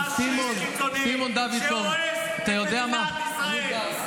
פשיסט קיצוני שהורס את מדינת ישראל.